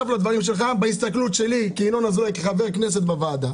בהסתכלות שלי כחבר כנסת בוועדה